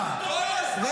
לי, אתה יודע?